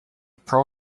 pearl